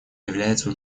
является